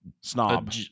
snob